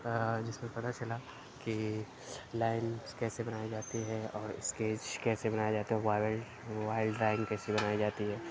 جس میں پتہ چلا کہ لائنس کیسے بنائی جاتی ہے اور اسکیچ کیسے بنایا جاتا ہے واوئل وائل ڈرائنگ کیسے بنائی جاتی ہے